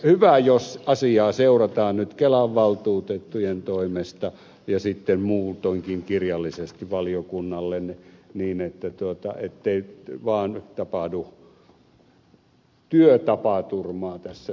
hyvä jos asiaa seurataan nyt kelan valtuutettujen toimesta ja sitten muutoinkin kirjallisesti valiokunnalle niin ettei vaan tapahdu työtapaturmaa tässä yhteydessä